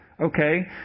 Okay